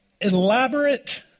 elaborate